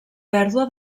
pèrdua